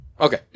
Okay